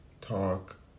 talk